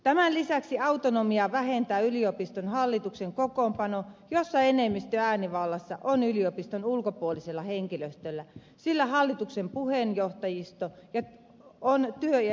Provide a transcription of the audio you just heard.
tämän lisäksi autonomiaa vähentää yliopiston hallituksen kokoonpano jossa enemmistö äänivallasta on yliopiston ulkopuolisella henkilöstöllä sillä hallituksen puheenjohtajisto on työ ja elinkeinoelämän edustajia